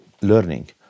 learning